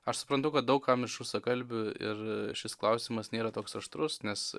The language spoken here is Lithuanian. aš suprantu kad daug kam iš rusakalbių ir šis klausimas nėra toks aštrus nes